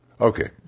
Okay